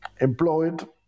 employed